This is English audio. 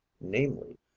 namely